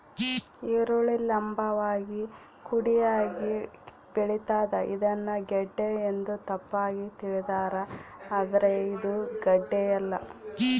ಈರುಳ್ಳಿ ಲಂಭವಾಗಿ ಕುಡಿಯಾಗಿ ಬೆಳಿತಾದ ಇದನ್ನ ಗೆಡ್ಡೆ ಎಂದು ತಪ್ಪಾಗಿ ತಿಳಿದಾರ ಆದ್ರೆ ಇದು ಗಡ್ಡೆಯಲ್ಲ